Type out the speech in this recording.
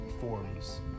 forms